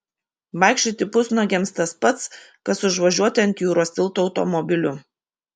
vaikščioti pusnuogiams tas pats kas užvažiuoti ant jūros tilto automobiliu